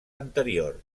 anterior